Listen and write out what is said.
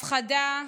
הפחדה,